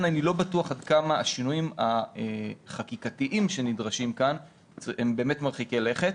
אני לא בטוח עד כמה השינויים החקיקתיים שנדרשים כאן הם באמת מרחיקי לכת.